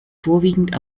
vorwiegend